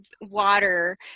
water